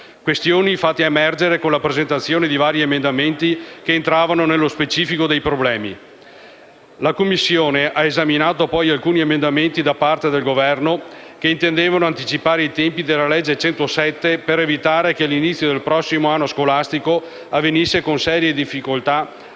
questioni fatte emergere con la presentazione di vari emendamenti che entravano nello specifico dei problemi. La Commissione ha esaminato, poi, alcuni emendamenti del Governo, che intendevano anticipare i tempi della citata legge n. 107, per evitare che l'inizio del prossimo anno scolastico avvenisse con serie difficoltà